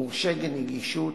מורשי נגישות,